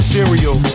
Cereal